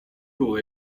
było